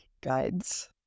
guides